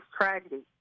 tragedy